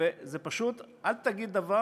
זה שכאשר הצעות כאלה עולות גם מכיוון